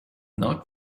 not